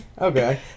Okay